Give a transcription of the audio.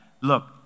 look